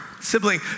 sibling